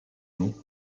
nom